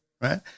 right